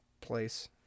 place